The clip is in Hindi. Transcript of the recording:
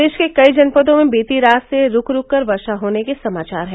प्रदेश के कई जनपदों में बीती रात से रूक रूक वर्षा होने के समाचार हैं